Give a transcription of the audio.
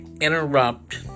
interrupt